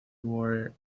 water